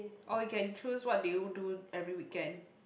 or you can choose what did you do every weekend